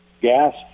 gas